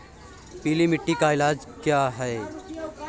पीली मिट्टी का इलाज क्या है?